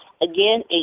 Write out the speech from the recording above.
Again